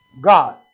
God